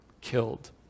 killed